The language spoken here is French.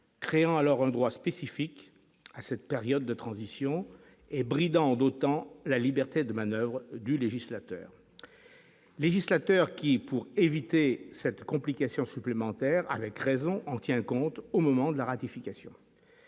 créant alors un droit spécifique à cette période de transition et bridant d'autant la liberté de manoeuvre du législateur législateur qui pour éviter cette complication supplémentaire avec raison en tient compte au moment de la ratification,